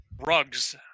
rugs